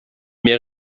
mehr